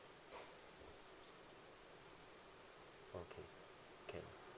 okay can